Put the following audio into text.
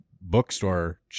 bookstore